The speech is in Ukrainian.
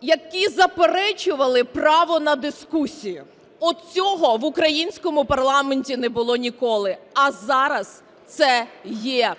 які заперечували право на дискусію. От цього в українському парламенті не було ніколи, а зараз це є.